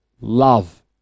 Love